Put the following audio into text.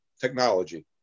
technology